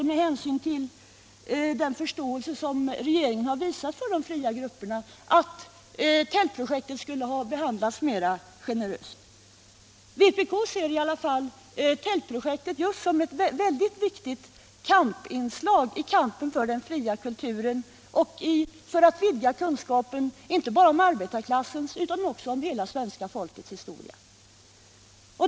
Med hänsyn till den förståelse som regeringen har visat för de fria grupperna trodde vi att tältprojektet skulle behandlas mer generöst. Vpk ser Tältprojektet såsom ett väldigt viktigt inslag i kampen för den fria kulturen och för att vidga kunskapen, inte bara om arbetarklassens utan också om hela svenska folkets historia.